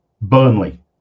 Burnley